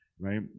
right